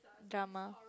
drama